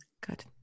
Good